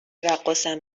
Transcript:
رقاصم